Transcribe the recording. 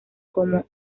como